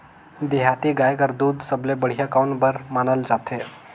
देहाती गाय कर दूध सबले बढ़िया कौन बर मानल जाथे?